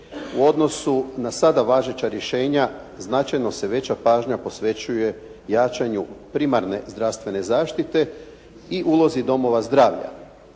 U odnosu na sada važeća rješenja značajno se veća pažnja posvećuje jačanju primarne zdravstvene zaštite i ulozi domova zdravlja.